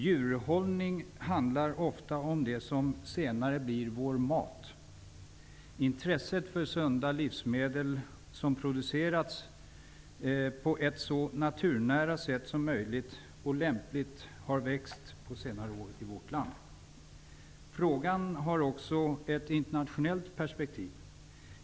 Djurhållning handlar ofta om det som senare blir vår mat. Intresset för sunda livsmedel som producerats på ett så naturnära och lämpligt sätt som möjligt har på senare år växt i vårt land. Frågan har också ett internationellt perspektiv.